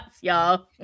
y'all